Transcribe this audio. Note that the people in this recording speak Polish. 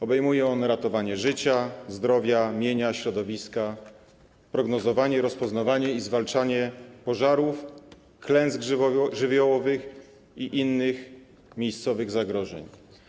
Obejmuje on ratowanie życia, zdrowia, mienia, środowiska, prognozowanie, rozpoznawanie i zwalczanie pożarów, klęsk żywiołowych i innych miejscowych zagrożeń.